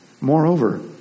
Moreover